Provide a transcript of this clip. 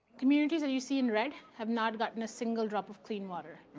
communities that you see in red have not gotten a single drop of clean water.